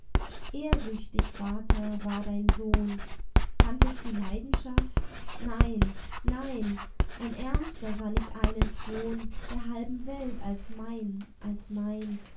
ehrsüchtig vater war dein sohn kanntest du leidenschaft nein nein ein ärmster sann ich einen thron der halben welt als mein als mein